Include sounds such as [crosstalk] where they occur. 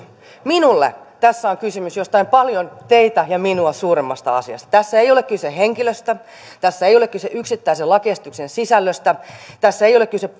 minulle tässä on kysymys jostain paljon teitä ja minua suuremmasta asiasta tässä ei ole kyse henkilöstä tässä ei ole kyse yksittäisen lakiesityksen sisällöstä tässä ei ole kyse [unintelligible]